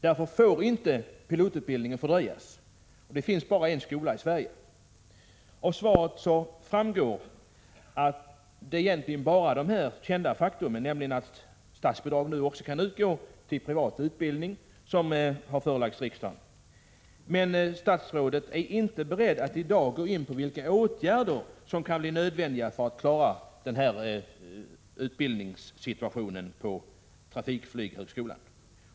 Därför får inte pilotutbildningen fördröjas. Och det finns bara en skola i Sverige. Av svaret framgår egentligen bara redan kända fakta, exempelvis att statsbidrag också kan utgå till privat utbildning, en fråga som har förelagts riksdagen. Men statsrådet är inte beredd att gå in på vilka åtgärder som kan bli nödvändiga för att man skall kunna klara utbildningssituationen på trafikflygarhögskolan.